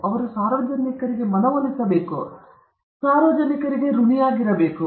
ಅವರು ಸಾರ್ವಜನಿಕರಿಗೆ ಮನವೊಲಿಸಬೇಕು ಅವರು ಸಾರ್ವಜನಿಕರಿಗೆ ಋಣಿಯಾಗಿದ್ದಾರೆ